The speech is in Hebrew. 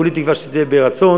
כולי תקווה שזה יהיה ברצון,